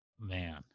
Man